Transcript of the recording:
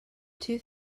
two